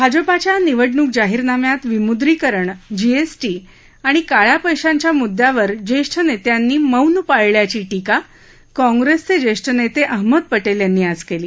भाजपाच्या निवडणूक जाहीरनाम्यात विमुद्रीकरण जीएसटी आणि काळया पध्याच्या मुद्यावर ज्यहा नस्यांनी मौन पाळल्याची टीका काँग्रस्विज्यिष्ठीनस्तिशिहमद पटलीयांनी आज कली